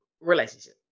relationship